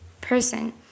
person